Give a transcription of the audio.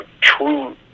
true